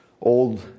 Old